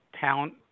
talent